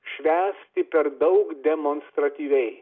švęsti per daug demonstratyviai